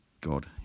God